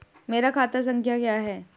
मेरा खाता संख्या क्या है?